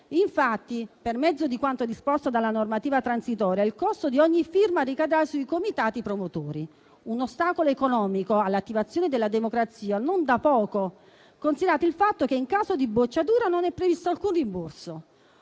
Infatti, per mezzo di quanto disposto dalla normativa transitoria, il costo di ogni firma ricadrà sui comitati promotori. Un ostacolo economico all'attivazione della democrazia non da poco, considerato il fatto che, in caso di bocciatura, non è previsto alcun rimborso.